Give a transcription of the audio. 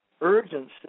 urgency